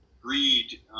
greed